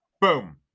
Boom